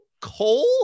Coal